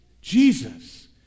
Jesus